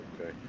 Okay